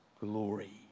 glory